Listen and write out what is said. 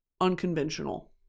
unconventional